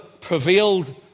prevailed